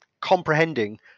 comprehending